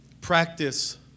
practice